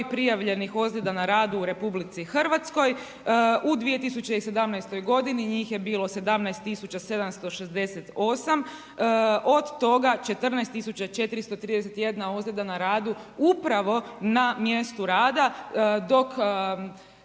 prijavljenih ozljeda na radu u RH, u 2017. g. njih je bilo 17 768, od toga 14 431 ozljeda na radu upravo na mjestu rada dok